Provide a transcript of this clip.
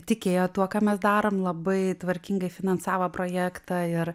tikėjo tuo ką mes darom labai tvarkingai finansavo projektą ir